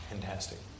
Fantastic